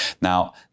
Now